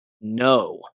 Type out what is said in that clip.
No